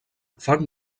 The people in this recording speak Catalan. fan